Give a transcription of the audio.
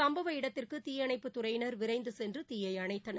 சும்பவ இடத்திற்கு தீயணைப்புத்துறையினர் விரைந்து சென்று தீயை அணைத்தனர்